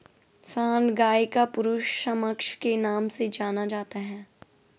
सांड गाय का पुरुष समकक्ष के नाम से जाना जाता है